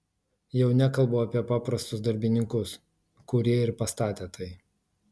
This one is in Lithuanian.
jau nekalbu apie paprastus darbininkus kurie ir pastatė tai